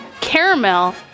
caramel